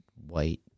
white